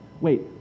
Wait